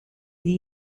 die